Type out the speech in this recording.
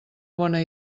bona